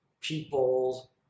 people